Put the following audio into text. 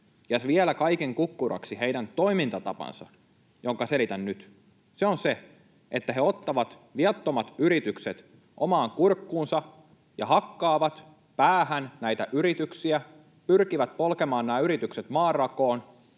Ja vielä kaiken kukkuraksi heidän toimintatapansa, jonka selitän nyt. Se on se, että he ottavat viattomat yritykset omaan kurkkuunsa ja hakkaavat päähän näitä yrityksiä, pyrkivät polkemaan nämä yritykset maanrakoon